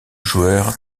joueur